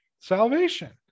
salvation